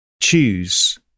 choose